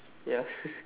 ya